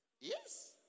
Yes